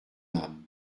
âme